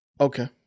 Okay